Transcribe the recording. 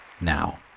now